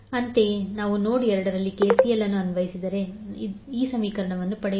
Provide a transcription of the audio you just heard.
5V220 ಅಂತೆಯೇ ನೀವು node 2 ನಲ್ಲಿ ಕೆಸಿಎಲ್ ಅನ್ನು ಅನ್ವಯಿಸಿದರೆ ನೀವು ಪಡೆಯುತ್ತೀರಿ V2j22IxV1 V2j4 IxV1 j2